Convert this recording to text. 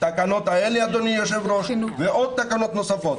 התקנות האלה ועוד תקנות נוספות.